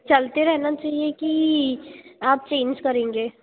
चलते रहना चाहिए कि आप चेंज करेंगे